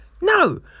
No